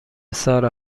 سارا